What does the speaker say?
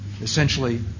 essentially